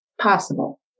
Possible